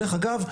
דרך אגב,